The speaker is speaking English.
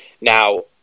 Now